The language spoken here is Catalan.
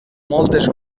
moltes